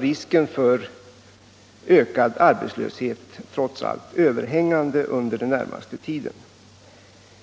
risken för ökad arbetslöshet är trots allt överhängande under den närmaste tiden.